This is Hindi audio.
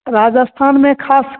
राजस्थान में खास